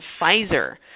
pfizer